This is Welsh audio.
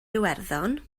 iwerddon